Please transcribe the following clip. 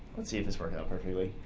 let's see if this works out perfectly.